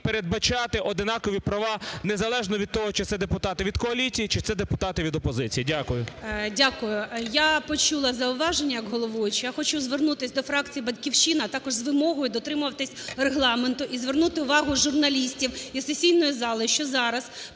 передбачати однакові права, незалежно від того, чи це депутати від коаліції, чи це депутати від опозиції. Дякую. ГОЛОВУЮЧИЙ. Дякую. Я почула зауваження до головуючого. Я хочу звернутися до фракції "Батьківщина" також з вимогою дотримуватися Регламенту і звернути увагу журналістів і сесійної зали, що зараз